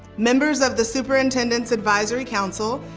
members of the superintendent's advisory council,